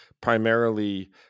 primarily